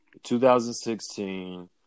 2016